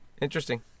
Interesting